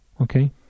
okay